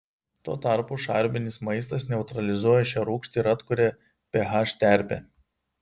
tuo tarpu šarminis maistas neutralizuoja šią rūgštį ir atkuria ph terpę